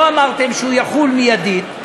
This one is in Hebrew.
לא אמרתם שהוא יחול מיידית.